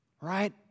Right